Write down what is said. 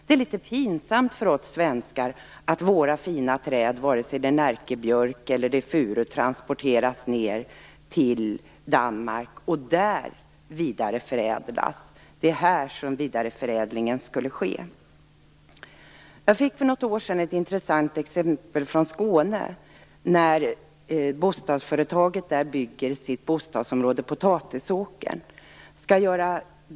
Det är litet pinsamt för oss svenskar att våra fina träd, vare sig det är Närkebjörk eller furu, transporteras ned till Danmark och där vidareförädlas. Det är här som vidareförädlingen borde ske! Jag fick för något år sedan ett intressant exempel från Skåne. Det lokala bostadsföretaget byggde ett bostadsområde som heter Potatisåkern.